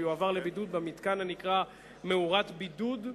הוא יועבר לבידוד במתקן הנקרא מאורת בידוד,